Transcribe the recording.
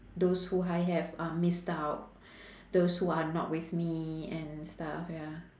those who I have um missed out those who are not with me and stuff ya